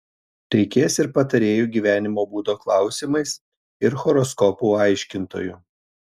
reikės ir patarėjų gyvenimo būdo klausimais ir horoskopų aiškintojų